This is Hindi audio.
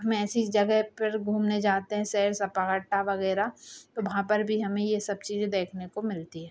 हम ऐसी जगह पर घूमने जाते हैं सैर सपाटा वग़ैरह तो वहाँ पर भी हमें यह सब चीज़ें देखने को मिलती हैं